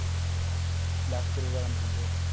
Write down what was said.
lecture बगैरा मिलदे